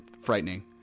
frightening